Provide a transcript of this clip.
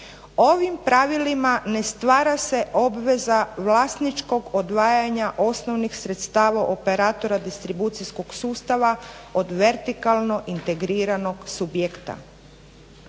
"Ovim pravilima ne stvara se obveza vlasničkog odvajanja osnovnih sredstava operatora distribucijskog sustava od vertikalno integriranog subjekta.